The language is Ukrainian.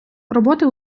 роботи